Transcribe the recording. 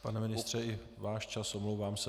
Pane ministře, i váš čas, omlouvám se.